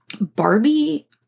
Barbie